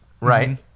Right